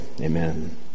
Amen